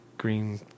Green